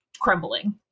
crumbling